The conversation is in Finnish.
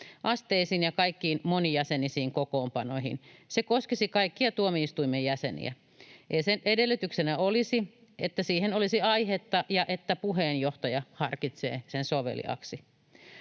asteisiin ja kaikkiin monijäsenisiin kokoonpanoihin. Se koskisi kaikkia tuomioistuimen jäseniä, ja sen edellytyksenä olisi, että siihen olisi aihetta ja että puheenjohtaja harkitsee sen soveliaaksi.